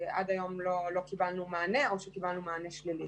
עד היום לא קיבלנו מענה או שקיבלנו מענה שלילי.